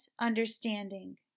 understanding